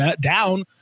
down –